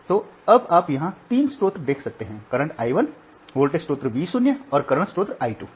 तो अब आप यहां तीन स्रोत देख सकते हैं करंटI1 वोल्टेज स्रोत V0 और करंट स्रोत I 2